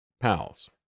PALs